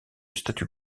statu